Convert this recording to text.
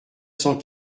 cent